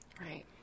Right